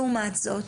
לעומת זאת,